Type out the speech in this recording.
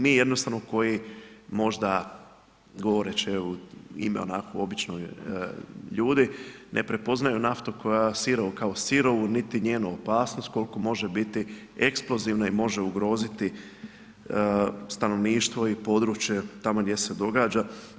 Mi jednostavno koji možda govoreći u ime običnih ljudi ne prepoznaju naftu koja, sirovu kao sirovu, niti njenu opasnost koliko može biti eksplozivna i može ugroziti stanovništvo i područje tamo gdje se događa.